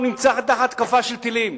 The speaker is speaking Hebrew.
הוא נמצא תחת התקפה של טילים.